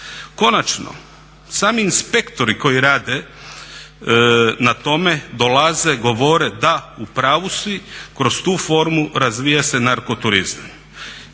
Konačno, sami inspektori koji rade na tome dolaze, govore, da u pravu si, kroz tu formu razvija se narko turizam.